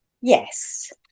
Yes